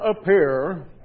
appear